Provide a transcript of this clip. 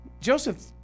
Joseph